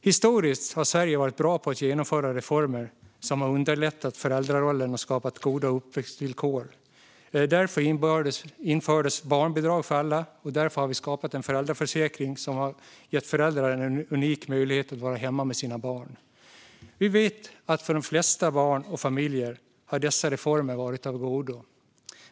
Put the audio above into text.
Historiskt har Sverige varit bra på att genomföra reformer som underlättat föräldrarollen och skapat goda uppväxtvillkor. Det var därför barnbidrag infördes för alla, och det var därför vi skapade en föräldraförsäkring som gett föräldrar en unik möjlighet att vara hemma med sina barn. Vi vet att för de flesta barn och familjer har reformerna varit av godo.